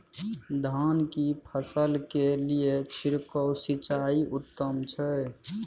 धान की फसल के लिये छिरकाव सिंचाई उत्तम छै?